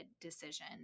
decision